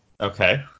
Okay